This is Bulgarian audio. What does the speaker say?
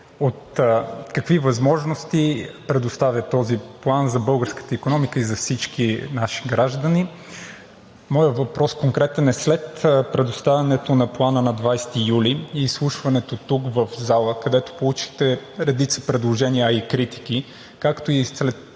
какви възможности предоставя този план за българската икономика и за всички наши граждани. Моят конкретен въпрос е: след предоставянето на Плана на 20 юли и изслушването тук в залата, където получихте редица предложения, а и критики, както и след това